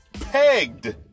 pegged